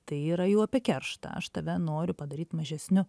tai yra jau apie kerštą aš tave noriu padaryt mažesniu